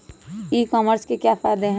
ई commerce के क्या फायदे हैं?